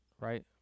Right